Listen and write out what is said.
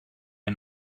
ein